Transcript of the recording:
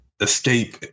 escape